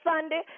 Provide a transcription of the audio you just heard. Sunday